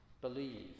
believe